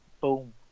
boom